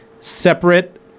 separate